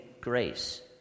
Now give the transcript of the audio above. grace